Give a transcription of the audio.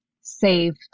save